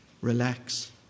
relax